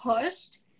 pushed